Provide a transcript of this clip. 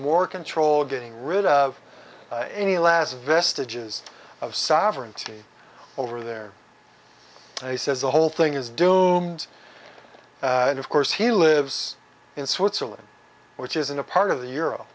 more control getting rid of any last vestiges of sovereignty over their and he says the whole thing is doomed and of course he lives in switzerland which isn't a part of the euro